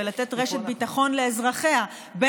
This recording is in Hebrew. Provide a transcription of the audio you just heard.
רק בשבוע שעבר,